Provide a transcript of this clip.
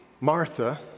Martha